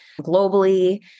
globally